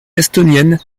estonienne